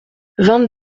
vingt